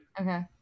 Okay